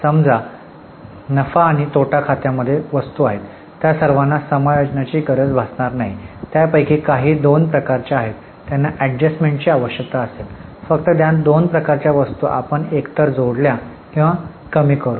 समजा नफा आणि तोटा खात्यामध्ये वस्तू आहेत त्या सर्वांना समायोजनाची गरज भासणार नाही त्यापैकी काही दोन प्रकारच्या आहेत त्यांना एडजस्टमेंटची आवश्यकता असेल फक्त त्या दोन प्रकारच्या वस्तू आपण एकतर जोडल्या किंवा कमी करू